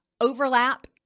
overlap